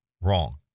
wrong